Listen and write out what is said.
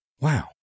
Wow